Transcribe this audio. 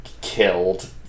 killed